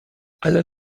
ale